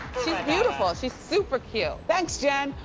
she's beautiful, she's super cute. thanks jen,